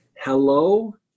hello